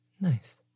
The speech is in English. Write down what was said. Nice